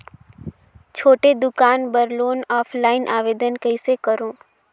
छोटे दुकान बर लोन ऑफलाइन आवेदन कइसे करो?